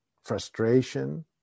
frustration